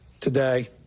today